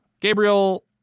Gabriel